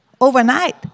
overnight